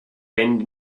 bend